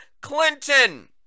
Clinton